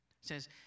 says